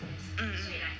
hmm